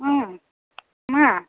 मा